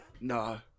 no